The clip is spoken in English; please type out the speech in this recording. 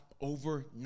overnight